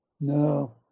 No